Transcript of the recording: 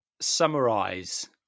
summarize